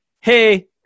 Hey